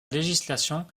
législation